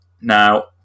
Now